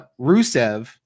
Rusev